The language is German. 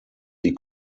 die